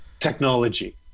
technology